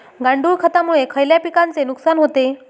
गांडूळ खतामुळे खयल्या पिकांचे नुकसान होते?